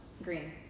Green